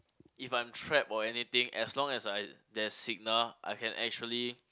if I'm trapped or anything as long as I there's signal I can actually